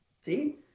See